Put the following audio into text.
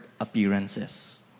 appearances